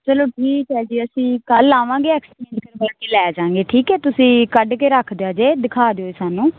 ਚਲੋ ਠੀਕ ਹੈ ਜੀ ਅਸੀਂ ਕੱਲ੍ਹ ਆਵਾਂਗੇ ਐਕਸਚੇਂਜ ਕਰਵਾ ਕੇ ਲੈ ਜਾਂਗੇ ਠੀਕ ਹੈ ਤੁਸੀਂ ਕੱਢ ਕੇ ਰੱਖ ਦਿਓ ਜੇ ਦਿਖਾ ਦਿਓ ਸਾਨੂੰ